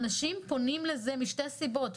אנשים פונים לזה בשל שתי סיבות.